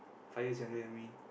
five years younger than me